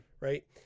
right